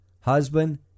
husband